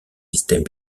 systèmes